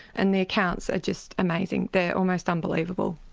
and the accounts are just amazing they're almost unbelievable.